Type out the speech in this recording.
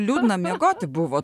liūdna miegoti buvo